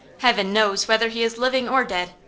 heaven knows whether he is living or dead,